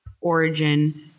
origin